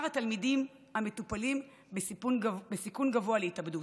התלמידים המטופלים בסיכון גבוה להתאבדות.